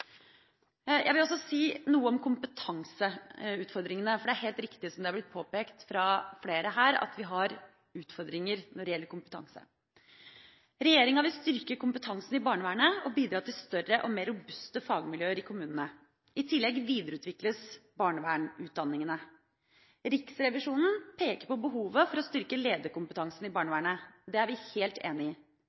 Jeg vil også si noe om kompetanseutfordringene. Det er helt riktig som det er blitt påpekt av flere her, at vi har utfordringer når det gjelder kompetanse. Regjeringa vil styrke kompetansen i barnevernet og bidra til større og mer robuste fagmiljøer i kommunene. I tillegg videreutvikles barnevernutdanningene. Riksrevisjonen peker på behovet for å styrke lederkompetansen i barnevernet. Det er vi helt enig i.